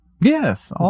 Yes